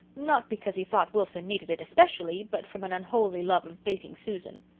not because he thought wilson needed it especially, but from an unholy love of baiting susan.